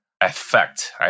effect